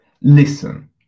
listen